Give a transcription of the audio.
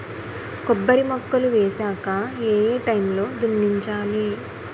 కొబ్బరి మొక్కలు వేసాక ఏ ఏ టైమ్ లో దున్నించాలి?